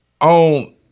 on